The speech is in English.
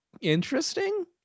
interesting